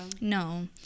no